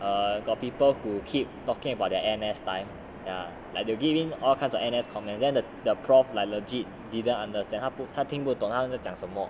err got people who keep talking about their N_S time ya like they will give in all kind of N_S comments then the prof like legit didn't understand 他不懂她听不懂他们在讲什么:ta dong ta ting bu dong ta men zai jiang shen me